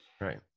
right